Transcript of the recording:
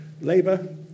Labour